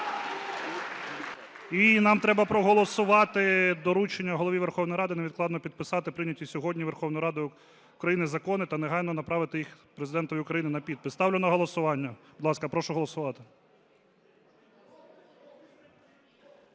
І нам треба проголосувати доручення Голові Верховної Ради невідкладно підписати прийняті сьогодні Верховною Радою України закони та негайно направити їх Президенту України на підпис. Ставлю на голосування. Будь ласка, прошу голосувати.